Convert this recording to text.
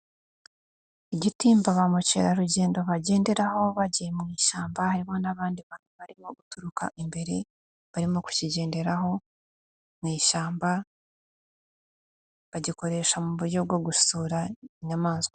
Igitimba ba mukerarugendo bagenderaho bagiye mu ishyamba, harimo n'abandi bantu barimo guturuka imbere barimo kukigenderaho mu ishyamba, bagikoresha mu buryo bwo gusura inyamaswa.